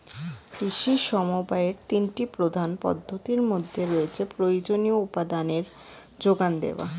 কৃষি সমবায়ের তিনটি প্রধান পদ্ধতির মধ্যে রয়েছে প্রয়োজনীয় উপাদানের জোগান দেওয়া